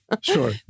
sure